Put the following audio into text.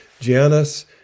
Giannis